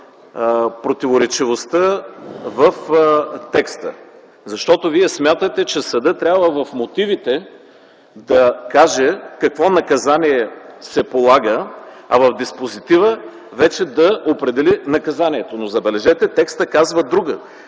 противоречивостта в текста. Защото Вие смятате, че съдът в мотивите трябва да каже какво наказание се полага, а вече в диспозитива да определи наказанието. Но, забележете, текстът казва друго.